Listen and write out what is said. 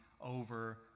over